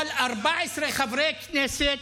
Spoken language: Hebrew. אבל 14 חברי כנסת,